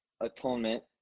atonement